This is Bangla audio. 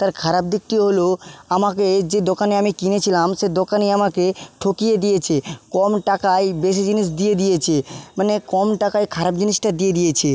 তার খারাপ দিকটি হলো আমাকে যে দোকানে আমি কিনেছিলাম সে দোকানি আমাকে ঠকিয়ে দিয়েছে কম টাকায় বেশি জিনিস দিয়ে দিয়েছে মানে কম টাকায় খারাপ জিনিসটা দিয়ে দিয়েছে